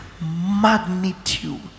magnitude